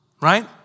Right